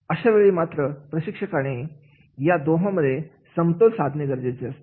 अशावेळी मात्र प्रशिक्षकाने या दोघांमध्ये समतोल साधणे गरजेचे असते